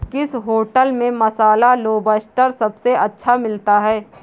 किस होटल में मसाला लोबस्टर सबसे अच्छा मिलता है?